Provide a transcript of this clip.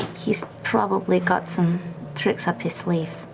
he's probably got some tricks up his sleeve.